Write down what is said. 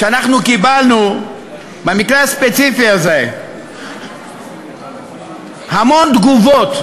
שאנחנו קיבלנו במקרה הספציפי הזה המון תגובות,